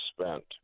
spent